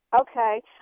Okay